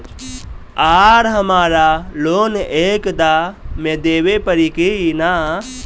आर हमारा लोन एक दा मे देवे परी किना?